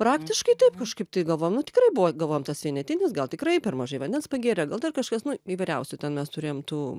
praktiškai taip kažkaip tai galvom nu tikrai buvo galvom tas vienetinis gal tikrai per mažai vandens pagėrė gal dar kažkas nu įvairiausių ten mes turėjom tų